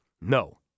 No